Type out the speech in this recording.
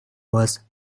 was